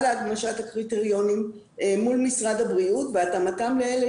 להגמשת הקריטריונים מול משרד הבריאות והתאמתם לאלה